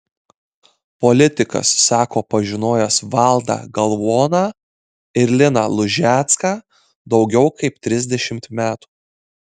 politikas sako pažinojęs valdą galvoną ir liną lužecką daugiau kaip trisdešimt metų